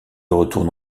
retourne